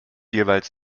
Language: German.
jeweils